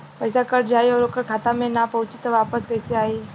पईसा कट जाई और ओकर खाता मे ना पहुंची त वापस कैसे आई?